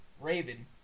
Raven